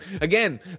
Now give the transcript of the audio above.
again